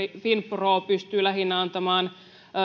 finpro pystyy lähinnä antamaan